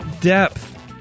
Depth